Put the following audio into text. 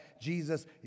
Jesus